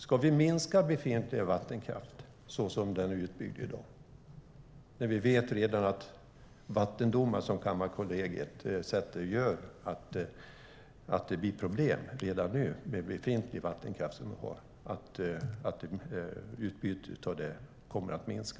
Ska vi minska befintlig vattenkraft som den är utbyggd i dag när vi vet att vattendomar som Kammarkollegiet fastslår gör att det redan i dag är problem med befintlig vattenkraft och att utbytet kommer att minska?